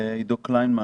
לעידן קלימן.